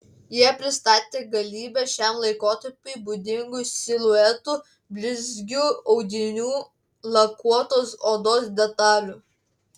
jie pristatė galybę šiam laikotarpiui būdingų siluetų blizgių audinių lakuotos odos detalių